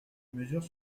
mesures